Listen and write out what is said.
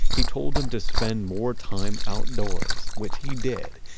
he told him to spend more time outdoors, which he did.